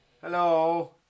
Hello